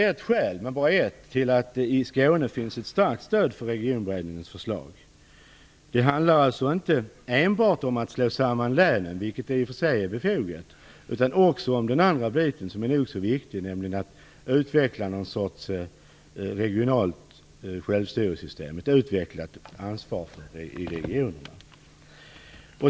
Ett skäl - men bara ett - till att det finns ett starkt stöd i Skåne för Regionberedningens förslag är att det alls icke enbart handlar om att slå samman länen, vilket i och för sig är befogat, utan också om det som är nog så viktigt, nämligen att utveckla en sorts regionalt självstyrelsesystem och att utveckla ansvaret i regionerna.